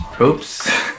oops